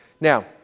Now